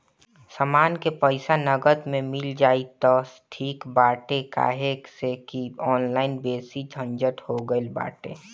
समान के पईसा नगद में मिल जाई त ठीक बाटे काहे से की ऑनलाइन बेसी झंझट हो गईल बाटे